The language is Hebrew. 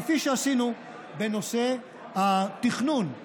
כפי שעשינו בנושא התכנון,